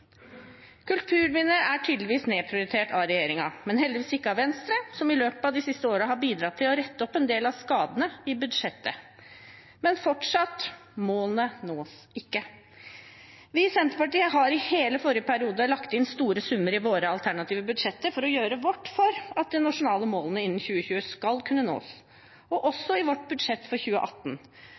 Kulturminner er tydeligvis nedprioritert av regjeringen, men heldigvis ikke av Venstre, som i løpet av de siste årene har bidratt til å rette opp en del av skadene i budsjettet. Men fortsatt: Målene nås ikke. Vi i Senterpartiet har i hele forrige periode lagt inn store summer i våre alternative budsjetter for å gjøre vårt for at de nasjonale målene skal kunne nås innen 2020, så også i vårt budsjett for 2018.